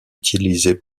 utilisé